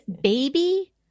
baby